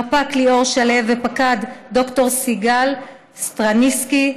רפ"ק ליאור שלו ופקד ד"ר סיגל סטרינסקי-אלבז,